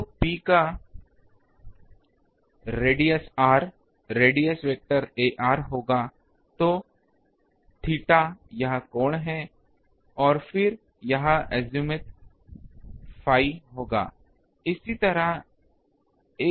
तो P का त्ररेडियसज् r रेडियस वेक्टर ar होगा तो theta यह कोण है और फिर यह azimuth phi होगा